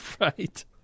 Right